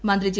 മന്ത്രി ജെ